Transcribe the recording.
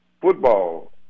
football